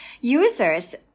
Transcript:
users